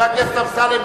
חבר הכנסת אמסלם,